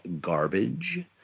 Garbage